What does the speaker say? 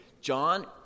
John